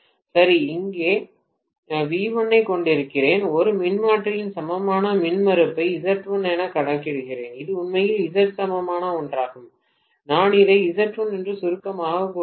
சரி நான் இங்கே V1 ஐக் கொண்டிருக்கிறேன் ஒரு மின்மாற்றியின் சமமான மின்மறுப்பை Z1 எனக் காட்டுகிறேன் இது உண்மையில் Z சமமான ஒன்றாகும் நான் அதை Z1 என்று சுருக்கமாகக் கூறலாம்